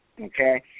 okay